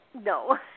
No